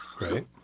Right